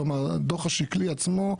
כלומר הדו"ח השקלי עצמו,